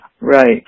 Right